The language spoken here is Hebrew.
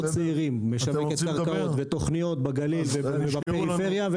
צעירים ולשווק קרקעות ותכניות בגליל ובפריפריה,